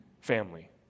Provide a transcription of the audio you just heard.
family